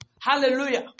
Hallelujah